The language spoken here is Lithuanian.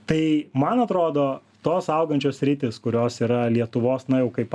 tai man atrodo tos augančios sritys kurios yra lietuvos na jau kaip